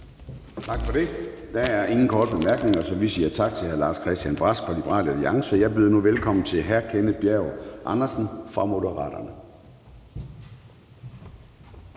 Tak for det. Der er ingen korte bemærkninger, så vi siger tak til hr. Lars-Christian Brask fra Liberal Alliance. Jeg byder nu velkommen til hr. Kenneth Bjerg Andersen fra Moderaterne.